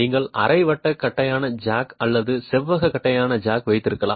நீங்கள் அரை வட்ட தட்டையான ஜாக் அல்லது செவ்வக தட்டையான ஜாக் வைத்திருக்கலாம்